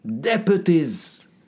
deputies